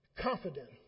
confident